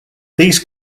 these